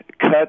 cut